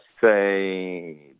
say